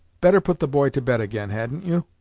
better put the boy to bed again, hadn't you